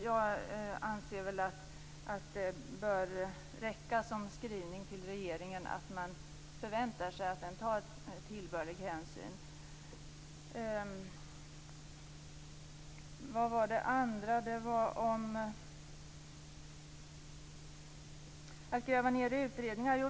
Jag anser att det bör räcka som skrivning till regeringen, att man förväntar sig att regeringen tar tillbörlig hänsyn. Nästa fråga handlade om att gräva ned utredningar.